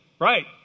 right